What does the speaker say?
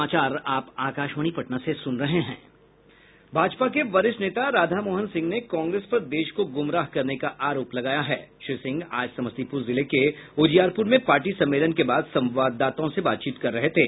भाजपा के वरिष्ठ नेता राधामोहन सिंह ने कांग्रेस पर देश को ग्मराह करने का आरोप लगाया है श्री सिंह आज समस्तीपुर जिले के उजियारपुर में पार्टी सम्मेलन के बाद संवाददाताओं से बातचीत कर रहे थे